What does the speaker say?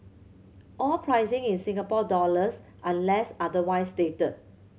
all pricing in Singapore dollars unless otherwise stated